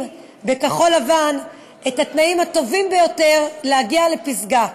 בכחול-לבן את התנאים הטובים ביותר להגיע לפסגה.